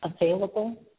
available